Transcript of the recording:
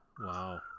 Wow